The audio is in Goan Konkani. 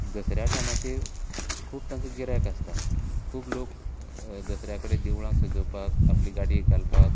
दसऱ्या टायमाचेर खूब तांका गिरायक आसता खूब लोक दसऱ्या कडेन देवळां सजोवपाक आपली गाडयेक घालपाक